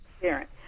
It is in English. parent